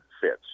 fits